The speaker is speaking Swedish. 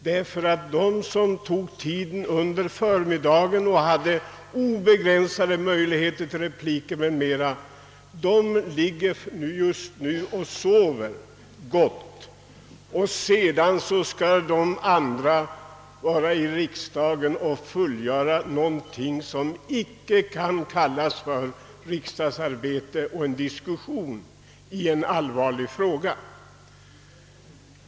De ledamöter som höll sina anföranden under förmiddagen och då hade obegränsade möjligheter att yttra sig och tillfälle till repliker ligger just nu och sover gott, medan vi andra måste här i kammaren fullfölja en diskussion i en allvarlig fråga. Detta kan inte kallas riksdagsarbete i egentlig mening.